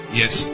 yes